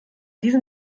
diesem